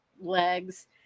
legs